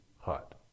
hot